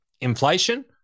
inflation